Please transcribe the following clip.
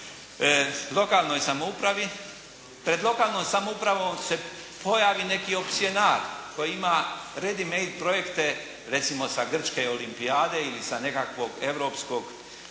lokalnoj samoupravi. Pred lokalnom samoupravom se pojavi neki opsionar koji ima ready-made projekte recimo sa Grčke i Olimpijade ili sa nekakvog europskog,